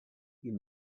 you